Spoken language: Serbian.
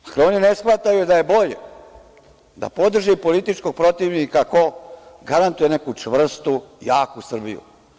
Dakle, oni ne shvataju da je bolje da podrže političkog protivnika koji garantuje neku čvrstu i jaku Srbiju.